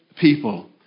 people